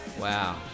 Wow